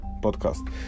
podcast